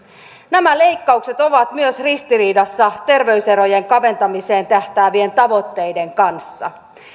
nämä leikkaukset ovat myös ristiriidassa terveyserojen kaventamiseen tähtäävien tavoitteiden kanssa